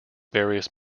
various